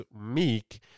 meek